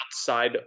outside